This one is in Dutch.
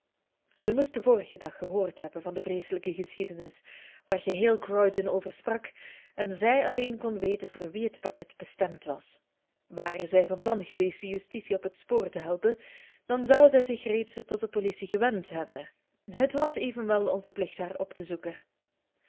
zij moest den vorigen dag gehoord hebben van de vreeselijke geschiedenis waar geheel croydon over sprak en zij alleen kon weten voor wie het pakket bestemd was ware zij van plan geweest de justitie op het spoor te helpen dan zou zij zich reeds tot de politie gewend hebben het was evenwel onze plicht haar op te zoeken